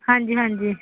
ਹਾਂਜੀ ਹਾਂਜੀ